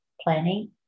planning